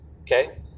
Okay